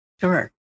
Sure